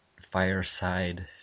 Fireside